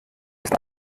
ist